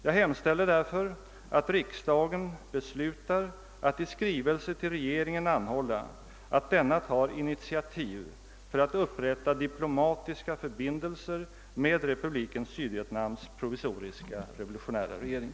Jag hemställer därför att riksdagen beslutar att i skrivelse till regeringen anhålla att denna tar initiativ för att upprätta diplomatiska förbindelser med Republiken Sydvietnams provisoriska revolutionära regering.